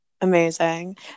Amazing